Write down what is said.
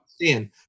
understand